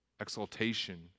exaltation